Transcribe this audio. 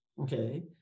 okay